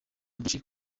byinshi